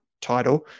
title